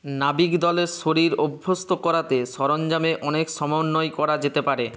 নাবিকদলের শরীর অভ্যস্ত করাতে সরঞ্জামে অনেক সমন্বয় করা যেতে পারে